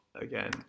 again